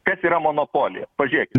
kas yra monopolija pažiūrėkit